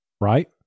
right